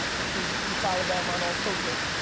ah make sure you you follow them on all socials,